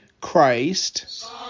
Christ